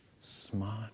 smart